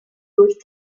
durch